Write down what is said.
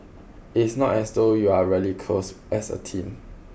it's not as though you're really close as a team